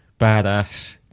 badass